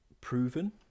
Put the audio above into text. proven